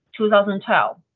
2012